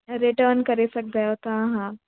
return करे सघंदा आहियो तव्हां हा हा